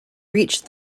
reach